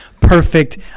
perfect